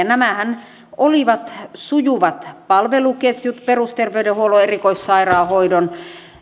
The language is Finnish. nämähän olivat sujuvat palveluketjut perusterveydenhuollon erikoissairaanhoidon